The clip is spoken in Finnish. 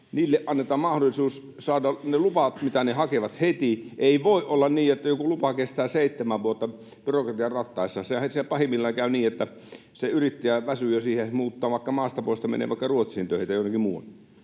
niille annetaan mahdollisuus saada heti ne luvat, mitä ne hakevat. Ei voi olla niin, että joku lupa kestää seitsemän vuotta byrokratian rattaissa. Pahimmillaan käy niin, että se yrittäjä jo väsyy siihen, muuttaa vaikka maasta pois tai menee vaikka Ruotsiin töihin tai jonnekin muualle.